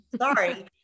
sorry